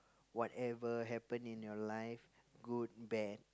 whatever happen in your life good bad